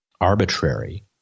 arbitrary